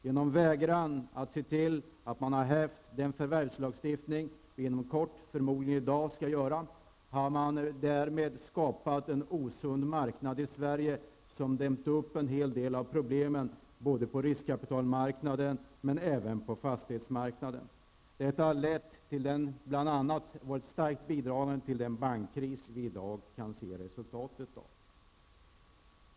Genom att vägra att upphäva förvärvslagstiftningen -- det skall vi förmodligen göra i dag -- har man skapat en osund marknad i Sverige som dämt upp en hel del problem både på riskkapitalmarknaden och på fastighetsmarknaden. Detta har bl.a. varit starkt bidragande till den bankkris vi i dag kan se resultatet av.